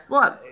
Look